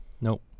Nope